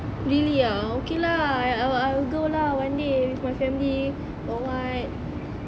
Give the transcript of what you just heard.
really ah okay lah I I I will go lah one day with my family or what